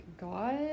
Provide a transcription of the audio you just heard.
god